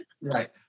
right